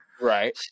Right